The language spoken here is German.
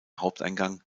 haupteingang